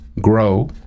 grow